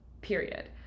period